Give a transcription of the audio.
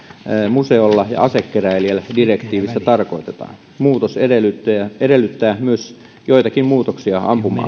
museolla ja asekeräilijällä direktiivissä tarkoitetaan muutos edellyttää edellyttää myös joitakin muutoksia ampuma